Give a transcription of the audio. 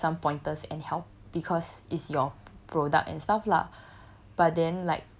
like to give her some pointers and help because is your product and stuff lah